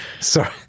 Sorry